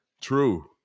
True